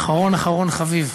אחרון אחרון חביב.